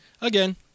Again